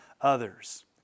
others